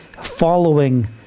following